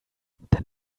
then